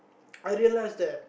I realise that